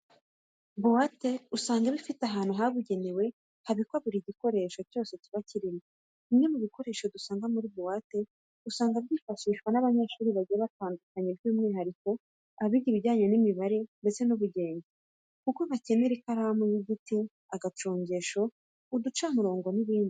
Buwate usanga iba ifite ahantu habugenewe habikwa buri gikoresho cyose kiba kirimo. Bimwe mu bikoresho dusanga muri buwate usanga byifashishwa n'abanyeshuri bagiye batandukanye by'umwihariko abiga ibijyanye n'imibare ndetse n'ubugenge kuko bakenera ikaramu y'igiti, agacongesho, uducamurongo n'ibindi.